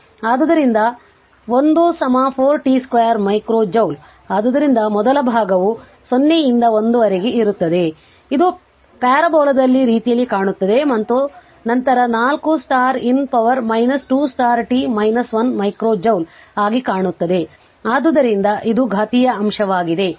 ಆದ್ದರಿಂದ 1 4 t 2 micro joule ಆದ್ದರಿಂದ ಮೊದಲ ಭಾಗವು 0 ರಿಂದ 1 ರವರೆಗೆ ಇರುತ್ತದೆ ಆದ್ದರಿಂದ ಇದು ಪ್ಯಾರಾಬೋಲಾದಲ್ಲಿ ರೀತಿ ಕಾಣುತ್ತದೆ ಮತ್ತು ನಂತರ 4 ಇ ನ ಪವರ್ 2 t 1 ಮೈಕ್ರೋ ಜೌಲ್ ಆಗಿ ಕಾಣುತ್ತದೆ ಆದ್ದರಿಂದ ಇದು ಘಾತೀಯ ಅಂಶವಾಗಿದೆ